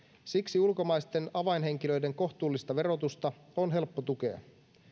siksi ulkomaisten avainhenkilöiden kohtuullista verotusta on helppo tukea